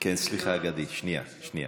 סליחה, גדי, שנייה.